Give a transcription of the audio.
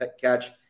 catch